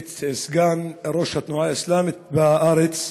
את סגן ראש התנועה האסלאמית בארץ,